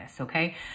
Okay